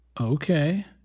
Okay